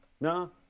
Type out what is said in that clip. No